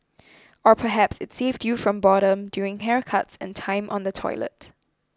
or perhaps it saved you from boredom during haircuts and time on the toilet